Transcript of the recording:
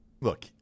look